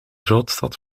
grootstad